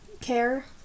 care